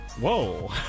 Whoa